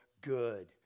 good